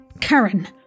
Karen